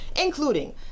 including